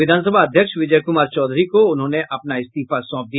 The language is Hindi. विधानसभा अध्यक्ष विजय कुमार चौधरी को उन्होंने अपना इस्तीफा सौंप दिया